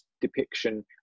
depiction